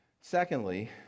Secondly